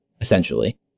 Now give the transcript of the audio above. essentially